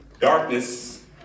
Darkness